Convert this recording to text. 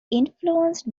influenced